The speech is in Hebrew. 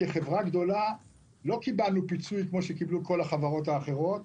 כחברה גדולה לא קיבלנו פיצוי כפי שקיבלו כל החברות האחרות.